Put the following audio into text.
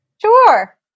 Sure